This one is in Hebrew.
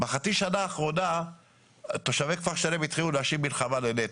בחצי השנה האחרונה תושבי כפר שלם התחילו להשיב מלחמה לנת"ע.